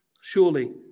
surely